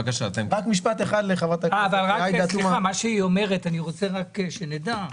מה שהיא אומרת, אני רוצה שנדע,